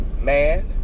man